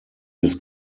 his